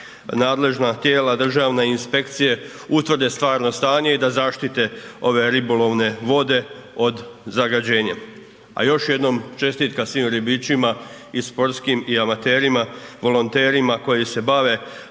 nadležna tijela državna i inspekcije utvrde stvarno stanje i da zaštite ove ribolovne vode od zagađenja. A još jednom čestitka svim ribičima i sportskim i amaterima, volonterima koji se bave